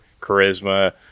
charisma